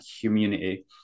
community